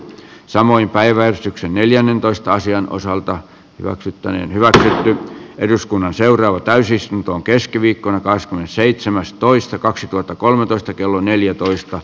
samoin päiväystyksen neljännentoista sijan osalta hyväksyttäneen hyväksyä eduskunnan seuraava täysistuntoon keskiviikkona seitsemäs toista kaksituhattakolmetoista kello neljätoista